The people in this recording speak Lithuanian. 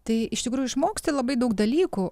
tai iš tikrųjų išmoksti labai daug dalykų